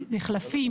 מחלפים,